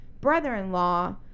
brother-in-law